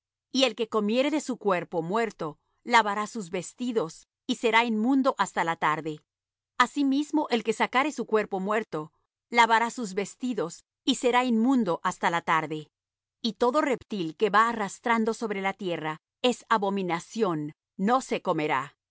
y el que comiere de su cuerpo muerto lavará sus vestidos y será inmundo hasta la tarde asimismo el que sacare su cuerpo muerto lavará sus vestidos y será inmundo hasta la tarde y todo reptil que va arrastrando sobre la tierra es abominación no se comerá